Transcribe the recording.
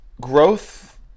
Growth